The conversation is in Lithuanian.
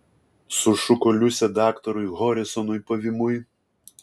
sušuko liusė daktarui harisonui pavymui